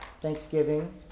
Thanksgiving